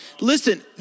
Listen